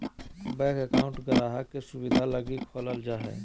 bank account गाहक़ के सुविधा लगी खोलल जा हय